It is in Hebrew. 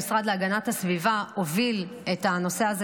המשרד להגנת הסביבה הוביל את הנושא הזה